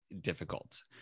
difficult